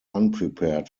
unprepared